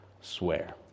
swear